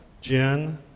Jen